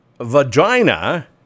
vagina